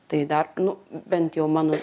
tai dar nu bent jau mano